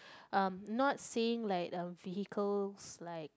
uh not saying like uh vehicles like